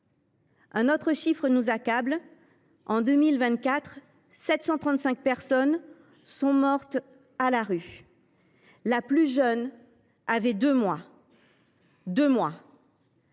Un autre chiffre nous accable : en 2024, 735 personnes sont mortes à la rue. La plus jeune avait 2 mois. Ce sont